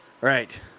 right